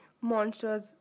Monsters